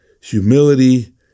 humility